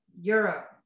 Europe